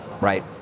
right